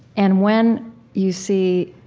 and when you see